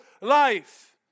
life